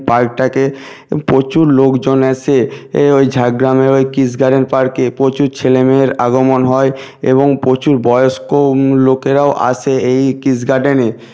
পার্কটাকে প্রচুর লোকজন আসে এ ওই ঝাড়গ্রামের ওই কৃষ গার্ডেন পার্কে প্রচুর ছেলেমেয়ের আগমন হয় এবং প্রচুর বয়স্ক লোকেরাও আসে এই কৃষ গার্ডেনে